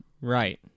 right